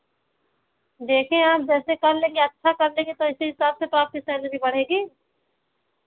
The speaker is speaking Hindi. देखें आप जैसे कर लेंगी अच्छा कर लेंगी तो इसी हिसाब से तो आपकी सैलेरी बढ़ेगी